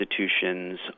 institutions